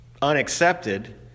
unaccepted